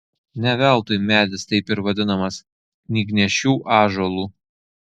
ne veltui medis taip ir vadinamas knygnešių ąžuolu